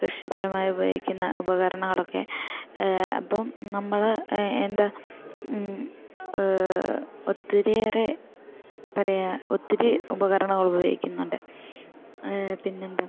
കൃഷിപരമായി ഉപയോഗിക്കുന്ന ഉപകരണങ്ങളൊക്കെ അപ്പം നമ്മൾ എന്താ ഒത്തിരിയേറെ പറയുക ഒത്തിരി ഉപകരണങ്ങൾ ഉപയോഗിക്കുന്നുണ്ട് പിന്നെന്താ